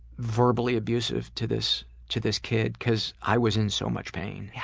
verbally abusive to this to this kid because i was in so much pain. yeah